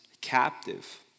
captive